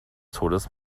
todes